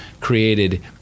created